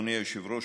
אדוני היושב-ראש,